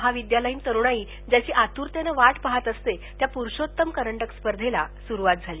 महाविद्यालयीन तरणाई ज्याची आतुरतेनं वाट पहात असते त्या पुरूषोत्तम करंडक या स्पर्धेला सुरूवातझाली